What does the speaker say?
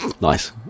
Nice